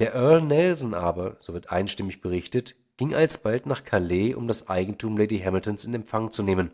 der earl nelson aber so wird einstimmig berichtet ging alsbald nach calais um das eigentum lady hamiltons in empfang zu nehmen